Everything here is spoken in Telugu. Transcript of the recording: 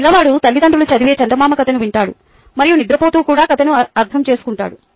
ఒక పిల్లవాడు తల్లిదండ్రులు చదివే చందమామ కథను వింటాడు మరియు నిద్రపోతూ కూడా కథను అర్థం చేసుకుంటాడు